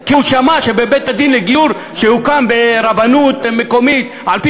כי הוא שמע שבבית-הדין לגיור שהוקם ברבנות מקומית על-פי